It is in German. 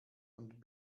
und